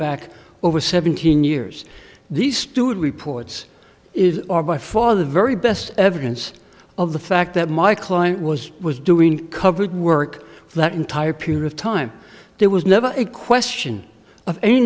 back over seventeen years these student reports is are by far the very best evidence of the fact that my client was was doing covered work for that entire period of time there was never a question of a